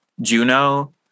Juno